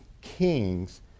Kings